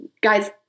Guys